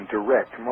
Direct